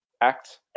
act